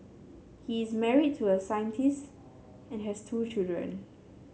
he is married to a scientist and has two children